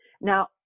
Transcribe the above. Now